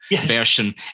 Version